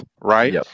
Right